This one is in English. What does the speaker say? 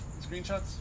screenshots